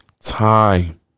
time